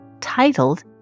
titled